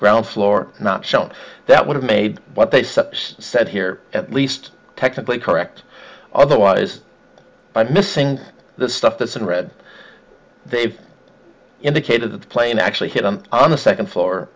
ground floor not shown that would have made what they said said here at least technically correct otherwise by missing the stuff that's in red they've indicated that the plane actually hit them on the second floor